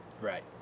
Right